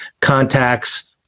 contacts